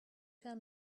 tell